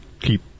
keep